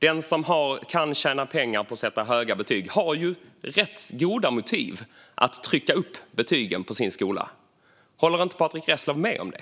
Den som kan tjäna pengar på att sätta höga betyg har rätt goda motiv att trycka upp betygen på sin skola. Håller inte Patrick Reslow med om det?